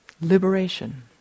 Liberation